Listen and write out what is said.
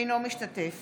אינו משתתף